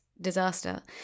disaster